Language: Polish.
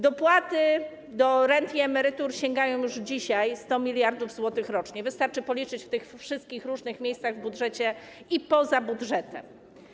Dopłaty do rent i emerytur sięgają już dzisiaj 100 mld zł rocznie, wystarczy policzyć w tych wszystkich różnych miejscach w budżecie i poza budżetem.